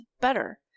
better